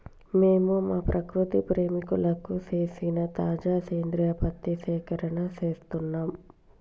మేము మా ప్రకృతి ప్రేమికులకు సేసిన తాజా సేంద్రియ పత్తి సేకరణం సేస్తున్నం